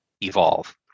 evolve